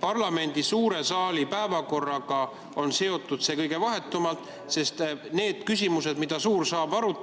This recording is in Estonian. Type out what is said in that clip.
parlamendi suure saali päevakorraga on seotud see kõige vahetumalt. Sest need küsimused, mida suur saal arutab,